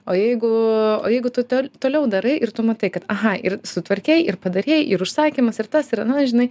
o jeigu o jeigu tu tol toliau darai ir tu matai kad aha ir sutvarkei ir padarei ir užsakymas ir tas ir nu žinai